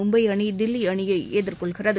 மும்பை அணி தில்லி அணியை எதிர்கொள்கிறது